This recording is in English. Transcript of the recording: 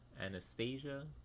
Anastasia